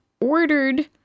ordered